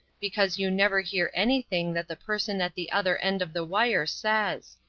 because you never hear anything that the person at the other end of the wire says.